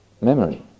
memory